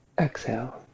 Exhale